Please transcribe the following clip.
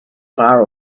bar